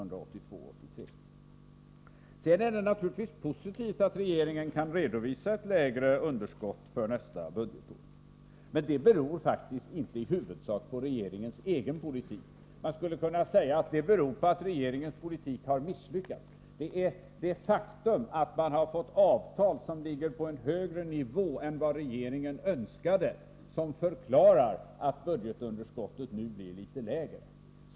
Sedan är det naturligtvis positivt att regeringen kan redovisa ett lägre Nr 130 underskott för nästa budgetår. Men det beror faktiskt inte i huvudsak på Torsdagen den regeringens egen politik. Man skulle kunna säga att det beror på att 26 april 1984 regeringens politik har misslyckats. Det faktum att man har fått avtal som ligger på högre nivå än regeringen önskade förklarar att budgetunderskottet nu blir litet lägre.